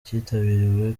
cyitabiriwe